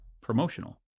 promotional